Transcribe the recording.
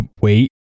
wait